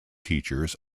teachers